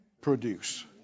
produce